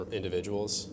individuals